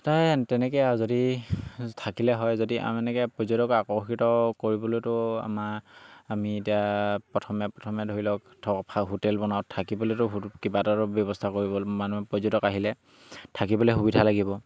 এই তেনেকৈয়ে আৰু যদি থাকিলে হয় যদি আৰু এনেকৈ পৰ্যটক আকৰ্ষিত কৰিবলৈতো আমাৰ আমি এতিয়া প্ৰথমে প্ৰথমে ধৰি লওক থ হোটেল বনাওঁ থাকিবলৈতো কিবা এটাতো ব্যৱস্থা কৰিব মানুহ পৰ্যটক আহিলে থাকিবলৈ সুবিধা লাগিব